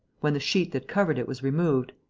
when the sheet that covered it was removed,